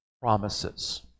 promises